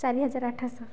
ଚାରିହଜାର ଆଠଶହ